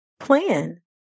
plan